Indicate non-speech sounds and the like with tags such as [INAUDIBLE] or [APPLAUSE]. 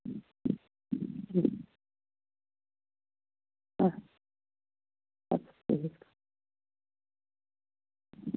[UNINTELLIGIBLE] آ ٹھیٖک